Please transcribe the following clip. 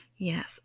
Yes